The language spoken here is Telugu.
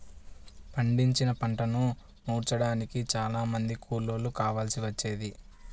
పండించిన పంటను నూర్చడానికి చానా మంది కూలోళ్ళు కావాల్సి వచ్చేది